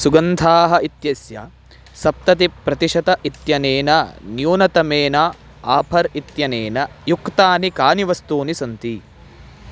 सुगन्धाः इत्यस्य सप्ततिप्रतिशतम् इत्यनेन न्यूनतमेन आफर् इत्यनेन युक्तानि कानि वस्तूनि सन्ति